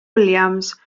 williams